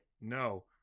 no